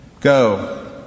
Go